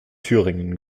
thüringen